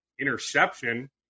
interception